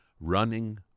running